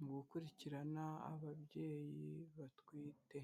mu gukurikirana ababyeyi batwite.